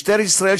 משטרת ישראל,